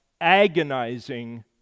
agonizing